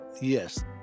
yes